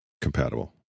compatible